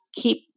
keep